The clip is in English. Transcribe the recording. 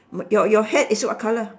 my your your hat is what colour